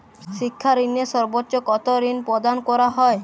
শিক্ষা ঋণে সর্বোচ্চ কতো ঋণ প্রদান করা হয়?